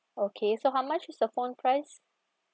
okay so how much is the phone price